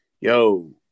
yo